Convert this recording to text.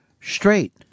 straight